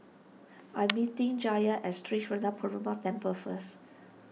I'm meeting Jalyn at Sri Srinivasa Perumal Temple first